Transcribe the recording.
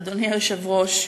אדוני היושב-ראש,